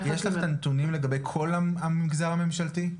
יש לך את הנתונים לגבי כל המגזר הממשלתי?